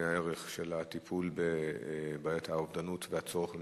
מהערך, של הטיפול בבעיית האובדנות והצורך במניעתה.